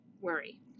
worry